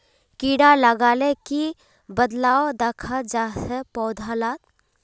कीड़ा लगाले की बदलाव दखा जहा पौधा लात?